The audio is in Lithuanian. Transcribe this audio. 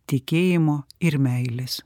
tikėjimo ir meilės